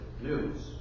news